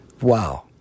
Wow